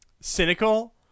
cynical